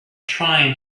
trying